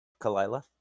Kalila